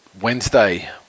Wednesday